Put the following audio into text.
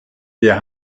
wir